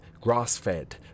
grass-fed